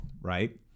right